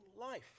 life